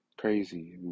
crazy